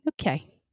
okay